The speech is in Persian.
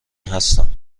هستم